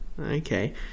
okay